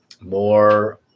more